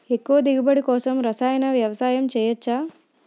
ఎక్కువ దిగుబడి కోసం రసాయన వ్యవసాయం చేయచ్చ?